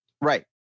Right